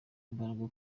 imbaraga